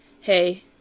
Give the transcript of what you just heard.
hey